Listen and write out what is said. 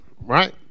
right